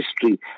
history